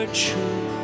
true